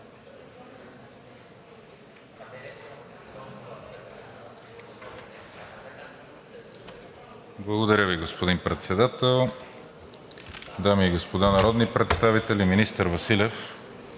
Благодаря Ви, господин Председател. Дами и господа народни представители! Министър Василев,